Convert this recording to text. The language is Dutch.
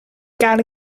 kale